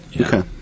Okay